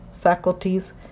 faculties